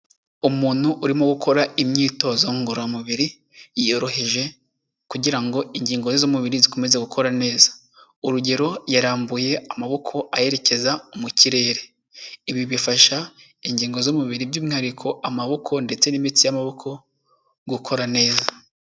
Umuntu urimo gukora imyitozo ngororamubiri yoroheje kugira ngo ingingo ze z'umubiri zikomeze gukora neza, urugero yarambuye amaboko ayerekeza mu kirere. Ibi bifasha ingingo z'umubiri by'umwihariko amaboko ndetse n'imitsi y'amaboko gukora neza.